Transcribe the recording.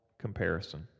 comparison